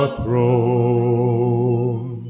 throne